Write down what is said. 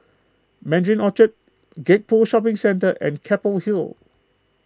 Mandarin Orchard Gek Poh Shopping Centre and Keppel Hill